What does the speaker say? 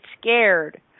scared